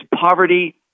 poverty